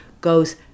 goes